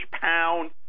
pound